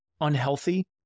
unhealthy